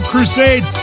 Crusade